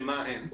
שמה הן,